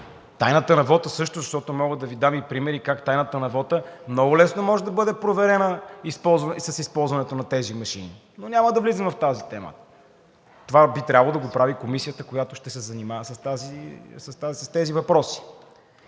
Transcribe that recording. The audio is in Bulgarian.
тайната на вота също, защото мога да Ви дам и примери как тайната на вота много лесно може да бъде проверена с използването на тези машини, но няма да влизам в тази тема – това би трябвало да го прави комисията, която ще се занимава с тези въпроси.